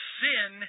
sin